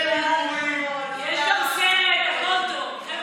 אלה דיבורים, יש גם סרט, הכול טוב.